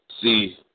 See